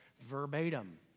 verbatim